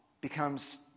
becomes